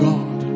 God